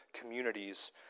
communities